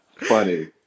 Funny